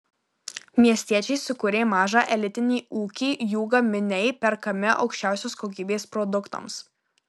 miestiečiai sukūrė mažą elitinį ūkį jų gaminiai perkami aukščiausios kokybės produktams